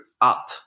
up